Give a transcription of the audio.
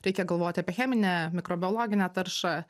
reikia galvoti apie cheminę mikrobiologinę taršą